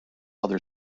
other